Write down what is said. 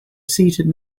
seated